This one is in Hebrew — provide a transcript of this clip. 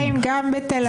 גם בירושלים, גם בתל אביב.